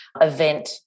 event